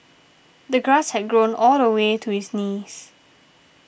the grass had grown all the way to his knees